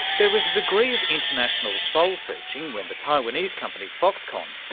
there was a degree of international soul-searching when the taiwanese company foxconn,